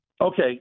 Okay